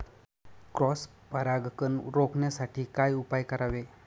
Cross परागकण रोखण्यासाठी काय उपाय करावे?